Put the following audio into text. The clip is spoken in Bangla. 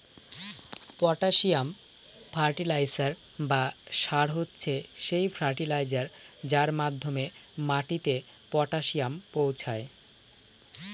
পটাসিয়াম ফার্টিলাইসার বা সার হচ্ছে সেই ফার্টিলাইজার যার মাধ্যমে মাটিতে পটাসিয়াম পৌঁছায়